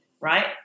right